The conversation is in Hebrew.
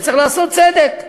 וצריך לעשות צדק.